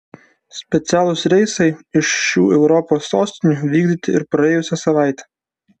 specialūs reisai iš šių europos sostinių vykdyti ir praėjusią savaitę